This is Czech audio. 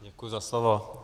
Děkuji za slovo.